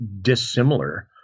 dissimilar